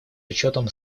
учетом